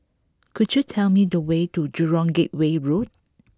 could you tell me the way to Jurong Gateway Road